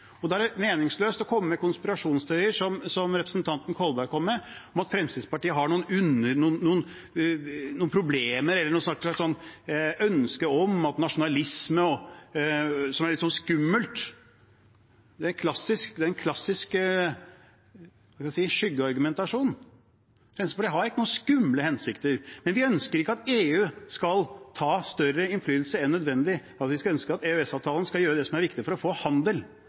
diskuterer. Da er det meningsløst å komme med konspirasjonsteorier, som representanten Kolberg kom med, om at Fremskrittspartiet har noen problemer eller noe slags ønske om nasjonalisme som er litt skummelt. Det er klassisk skyggeargumentasjon. Fremskrittspartiet har ikke noen skumle hensikter, men vi ønsker ikke at EU skal ha større innflytelse enn nødvendig. Vi ønsker at EØS-avtalen skal gjøre det som er viktig for å få handel